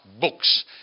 books